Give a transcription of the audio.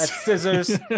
scissors